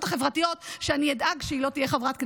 החברתיות שאני אדאג שהיא לא תהיה חברת כנסת.